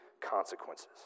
consequences